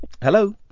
Hello